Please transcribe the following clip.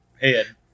head